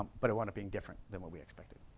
but it wound up being different than what we expected.